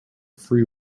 free